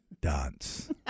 dance